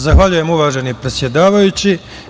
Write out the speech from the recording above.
Zahvaljujem, uvaženi predsedavajući.